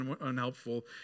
unhelpful